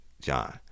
John